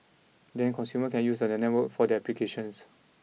then consumers can use the network for their applications